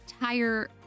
entire